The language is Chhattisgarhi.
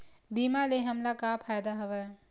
बीमा ले हमला का फ़ायदा हवय?